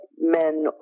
men